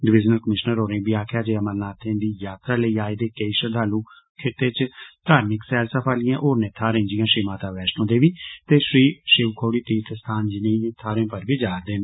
divisional commissioner होरें इब्बी आखेआ जे अमरनाथें दी यात्रा लेई आए दे केई श्रद्वालु खित्ते च धार्मिक सैलसफा आह्लिएं होरनें थाह्रें जिआं श्री माता वैश्णो देवी ते श्री षिव खोड़ी तीर्थ स्थान ज्नेई थाहरें पर बी जा'रदे न